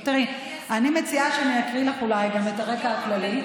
אני מציעה שאני אקריא, אולי, גם את הרקע הכללי.